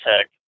tech